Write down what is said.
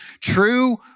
true